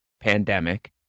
pandemic